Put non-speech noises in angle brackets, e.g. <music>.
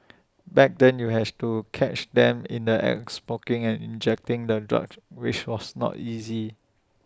<noise> back then you has to catch them in the act smoking and injecting the drugs which was not easy